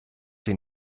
sie